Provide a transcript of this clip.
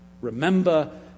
Remember